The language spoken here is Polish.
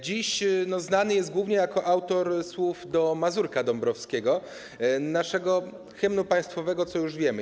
Dziś znany jest głównie jako autor słów do Mazurka Dąbrowskiego, naszego hymnu państwowego, co już wiemy.